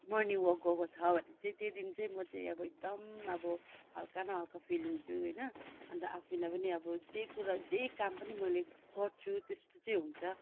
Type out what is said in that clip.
morning walk गएको छ भने चाहिँ त्यो दिन चाहिँ म चाहिँ अब एकदम अब हल्का न हल्का फिल हुन्छु होइन अन्त आफैलाई पनि अब जे कुरा जे काम पनि मैले गर्छु त्यस्तो चाहिँ हुन्छ